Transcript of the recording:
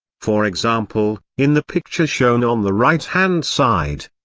for example, in the picture shown on the right hand side,